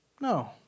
No